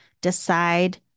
decide